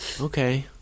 Okay